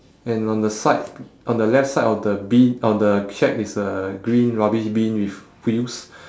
and on the side on the left side of the bin of the shack is a green rubbish bin with wheels